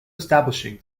establishing